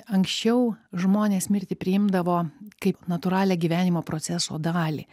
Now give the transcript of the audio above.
anksčiau žmonės mirtį priimdavo kaip natūralią gyvenimo proceso dalį